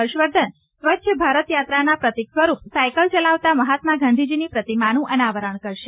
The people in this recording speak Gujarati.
હર્ષવર્ધન સ્વચ્છ ભારત યાત્રાના પ્રતિક સ્વરૂપ સાયકલ ચલાવતા મહાત્મા ગાંધીજીની પ્રતિમાનું અનાવરણ કરશે